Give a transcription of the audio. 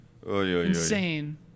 Insane